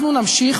אנחנו נמשיך,